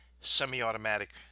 semi-automatic